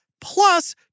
plus